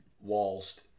whilst